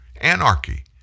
Anarchy